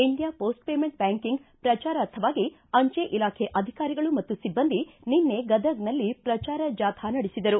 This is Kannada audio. ಇಂಡಿಯಾ ಪೋಸ್ಟ್ ಪೇಮೆಂಟ್ ಬ್ಯಾಂಕಿಂಗ್ ಪ್ರಚಾರಾರ್ಥವಾಗಿ ಅಂಚೆ ಇಲಾಖೆ ಅಧಿಕಾರಿಗಳು ಮತ್ತು ಸಿಬ್ಬಂದಿ ನಿನ್ನೆ ಗದಗನಲ್ಲಿ ಪ್ರಚಾರ ಜಾಥಾ ನಡೆಸಿದರು